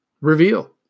reveal